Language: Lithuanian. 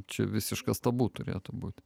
čia visiškas tabu turėtų būt